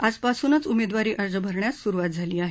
आजपासूनच उमेदवारी अर्ज भरण्यास सुरुवात झाली आहे